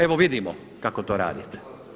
Evo vidimo kako to radite.